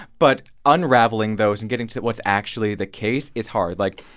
but unraveling those and getting to what's actually the case is hard. like,